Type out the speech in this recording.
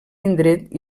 indret